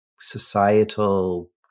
societal